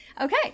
Okay